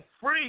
free